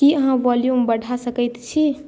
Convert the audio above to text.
की अहाँ वॉल्यूम बढ़ा सकैत छी